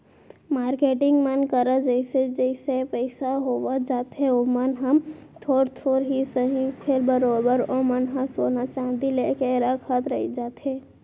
marketing मन करा जइसे जइसे पइसा होवत जाथे ओमन ह थोर थोर ही सही फेर बरोबर ओमन ह सोना चांदी लेके रखत जाथे